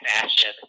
fashion